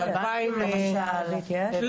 בכל הארץ, כן?